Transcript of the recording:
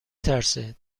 ترسه